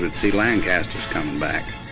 but see lancasters coming back.